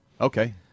Okay